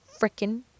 freaking